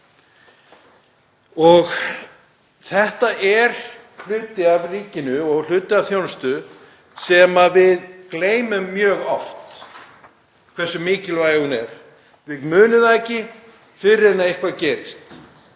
Þetta er hluti af ríkinu og hluti af þjónustu sem við gleymum mjög oft hversu mikilvæg er. Við munum það ekki fyrr en eitthvað gerist.